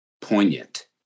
poignant